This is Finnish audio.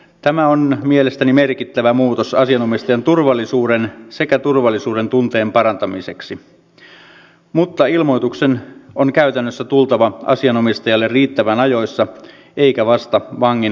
tämä on mielestäni merkittävä muutos asianomistajan turvallisuuden sekä turvallisuuden tunteen parantamiseksi mutta ilmoituksen on käytännössä tultava asianomistajalle riittävän ajoissa eikä vasta vangin vapautumispäivänä